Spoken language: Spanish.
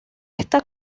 esta